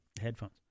headphones